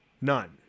None